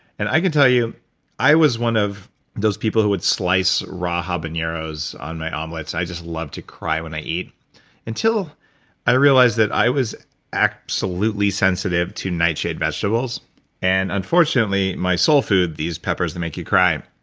and i can tell you i was one of those people who would slice raw habaneros on my omelets and i just love to cry when i eat until i realized that i was absolutely sensitive to nightshade vegetables and unfortunately my soul food, these peppers that make you cry,